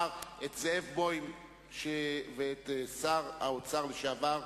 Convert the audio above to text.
את זאב בוים ואת שר האוצר לשעבר,